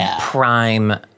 prime